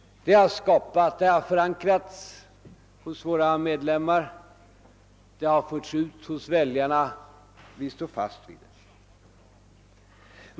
Det har förankrats hos våra medlemmar, det har förts ut hos väljarna, och vi står fast vid det.